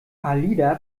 alida